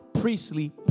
priestly